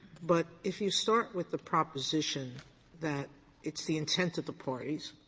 but if you start with the proposition that it's the intent of the parties,